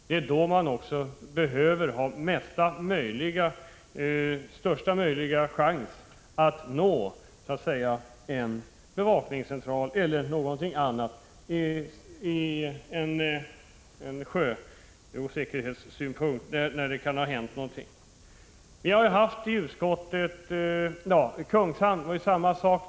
Det är under dessa tidsperioder människor behöver ha största möjliga chans att nå en bevakningscentral e. d., när det har hänt någonting som rör sjösäkerheten. I Kungshamn är det samma sak.